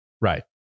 Right